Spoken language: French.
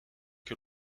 que